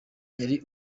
yari